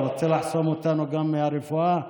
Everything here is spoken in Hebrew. אתה רוצה לחסום אותנו גם ברפואה?